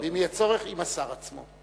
ואם יהיה צורך, עם השר עצמו.